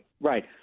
Right